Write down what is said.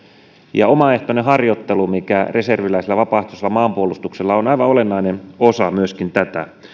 ja omaehtoinen harjoittelu mikä reserviläisellä ja vapaaehtoisella maanpuolustuksella on aivan olennainen osa myöskin